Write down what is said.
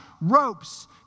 ropes